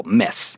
mess